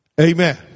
amen